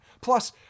Plus